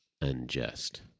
unjust